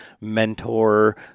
mentor